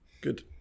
Good